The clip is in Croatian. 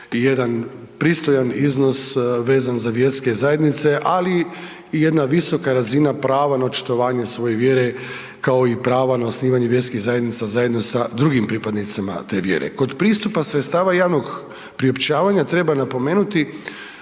jedan pristojan iznos vezan za vjerske zajednice, ali i jedna visoka razina prava na očitovanje svoje vjere kao i prava na osnivanje vjerskih zajednica zajedno sa drugim pripadnicima te vjere. Kod pristupa sredstava javnog priopćavanja, treba napomenuti,